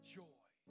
joy